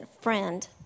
friend